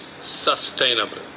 sustainable